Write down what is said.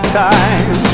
time